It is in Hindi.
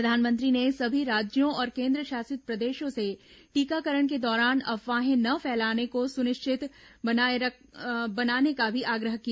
प्रधानमंत्री ने सभी राज्यों और केंद्रशासित प्रदेषों से टीकाकरण के दौरान अफवाहें न फैलाने को सुनिष्चित बनाने का भी आग्रह किया